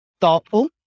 thoughtful